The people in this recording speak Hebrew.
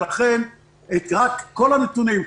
כל הנתונים,